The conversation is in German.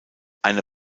eine